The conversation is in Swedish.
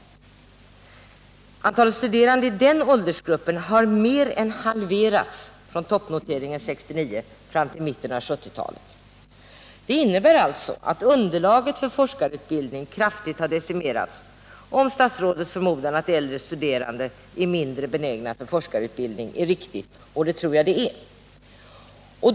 Antalet studerande i den åldersgruppen har mer än halverats från toppnoteringen 1969 fram till mitten av 1970-talet. Det innebär alltså att underlaget för forskarutbildning kraftigt har decimerats, om statsrådets förmodan att äldre studerande är mindre benägna för forskarutbildning är riktig, och det tror jag att den är.